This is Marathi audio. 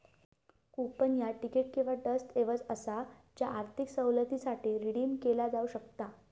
कूपन ह्या तिकीट किंवा दस्तऐवज असा ज्या आर्थिक सवलतीसाठी रिडीम केला जाऊ शकता